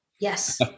Yes